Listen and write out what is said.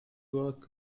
work